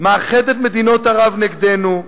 מאחד את מדינות ערב נגדנו,